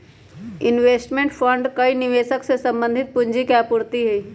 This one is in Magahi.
इन्वेस्टमेंट फण्ड कई निवेशक से संबंधित पूंजी के आपूर्ति हई